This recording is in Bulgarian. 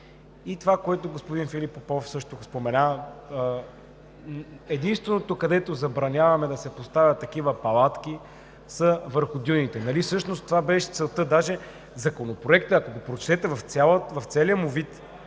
Това, което господин Филип Попов също спомена – единствено, където забраняваме да се поставят такива палатки, са върху дюните. Нали всъщност това беше целта? Даже, ако прочетете Законопроекта в целия му вид,